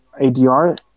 ADR